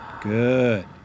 Good